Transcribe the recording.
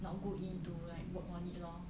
not good in to like work on it lor